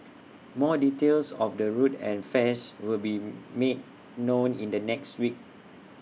more details of the route and fares will be made known in the next weeks